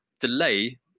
delay